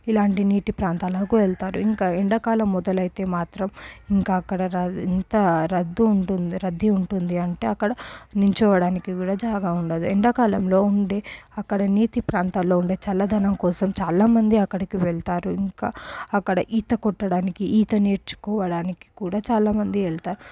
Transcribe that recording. ఇలాంటి నీటి ప్రాంతాలకు వెళ్తారు ఇంకా ఎండాకాలం మొదలైతే మాత్రం ఇంకా అక్కడ ఎంత రద్దీతో ఉంటుంది రద్దీ ఉంటుంది అంటే అక్కడ నిల్చుకోవడానికి కూడా జాగా ఉండదు ఎండాకాలంలో ఉండే అక్కడ నీటి ప్రాంతాల్లో ఉండే చల్లదనం కోసం చాలామంది అక్కడికి వెళ్తారు ఇంకా అక్కడ ఈత కొట్టడానికి ఈత నేర్చుకోవడానికి కూడా చాలామంది వెళ్తారు